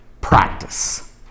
practice